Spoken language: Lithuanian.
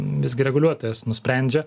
visgi reguliuotojas nusprendžia